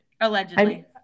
Allegedly